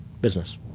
business